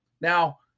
Now